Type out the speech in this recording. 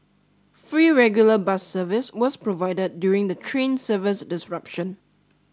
free regular bus service was provided during the train service disruption